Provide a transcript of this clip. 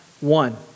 one